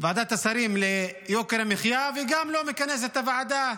השרים ליוקר המחייה וגם לא מכנס את הוועדה